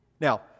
Now